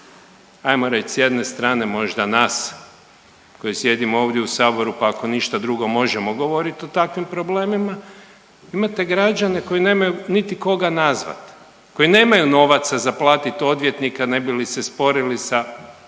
hajmo reći s jedne strane možda nas koji sjedimo ovdje u Saboru, pa ako ništa drugo možemo govoriti o takvim problemima, imate građane koji nemaju niti koga nazvati, koji nemaju novaca za platiti odvjetnika ne bi li se sporili sa